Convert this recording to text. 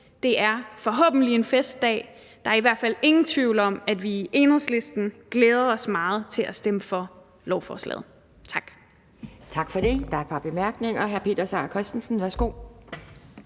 det er forhåbentlig en festdag. Der er i hvert fald ingen tvivl om, at vi i Enhedslisten glæder os meget til at stemme for lovforslaget. Tak.